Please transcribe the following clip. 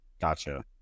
Gotcha